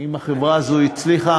אם החברה הזאת הצליחה.